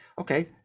okay